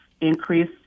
increase